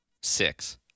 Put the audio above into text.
Six